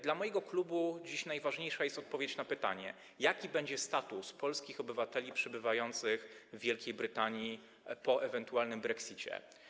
Dla mojego klubu dziś najważniejsza jest odpowiedź na pytanie: Jaki będzie status polskich obywateli przebywających w Wielkiej Brytanii po ewentualnym brexicie?